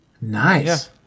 Nice